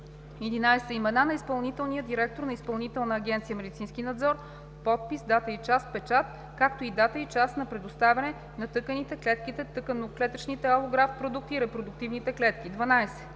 11. имена на изпълнителния директор на Изпълнителна агенция „Медицински надзор“, подпис, дата и час, печат, както и дата и час на предоставяне на тъканите/клетките/тъканно-клетъчните алографт продукти/репродуктивните клетки; 12.